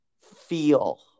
feel